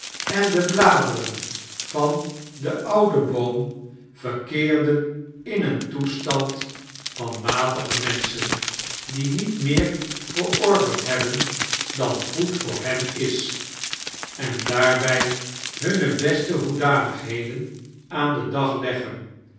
en de bladeren van den oudem boom verkeerden in een toeistand van matige menischen die niet meer verorbeird hebben dan goed voor hen is en daarbij hunne beste boedanigheden aan den dag leggen